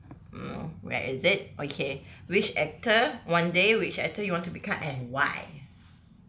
mm where is it okay which actor one day which actor you want to become and why